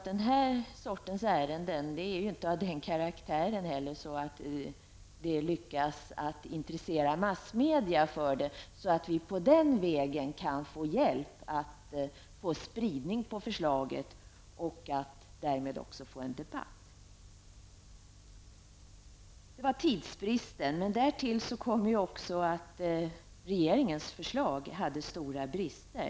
Den här sortens ärenden är inte av den karaktären att man lyckas intressera massmedia för dem och den vägen kan få hjälp att sprida innehållet i förslaget samt därmed få till stånd en debatt. Det var tidsbristen. Därtill kommer att regeringens förslag hade stora brister.